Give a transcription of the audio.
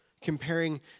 comparing